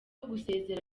gusezera